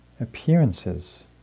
appearances